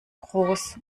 groß